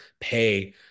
pay